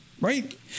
Right